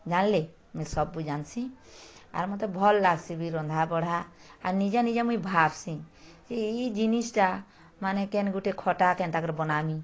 ଯାନ୍ଲି ମୁଇଁ ସବୁ ଜାନ୍ସି ଆର୍ ମତେ ଭଲ୍ ଲାଗ୍ସି ବି ରନ୍ଧାବଢ଼ା ଆଉ ନିଜେ ନିଜେ ମୁଇଁ ଭାବ୍ସି ଯେ ଏଇ ଜିନିଷ୍ଟାମାନେ କେନ୍ ଗୁଟେ ଖଟା କେନ୍ତା କରି ବନାମି